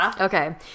Okay